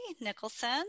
Nicholson